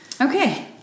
Okay